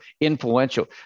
influential